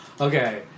Okay